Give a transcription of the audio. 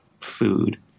food